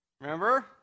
Remember